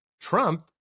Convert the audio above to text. Trump